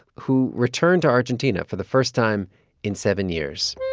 who returned to argentina for the first time in seven years